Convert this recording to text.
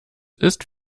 ist